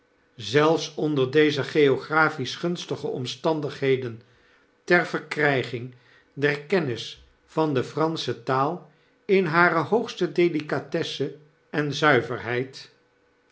zelfs onder doze geographisch gunstige omstandigheden ter verkryging der kennis van de fransche taal in hare hoogste delicatesse en zuiverheid